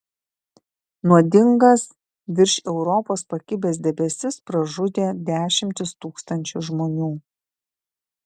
nuodingas virš europos pakibęs debesis pražudė dešimtis tūkstančių žmonių